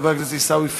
חבר הכנסת עיסאווי פריג'